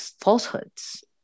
falsehoods